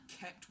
kept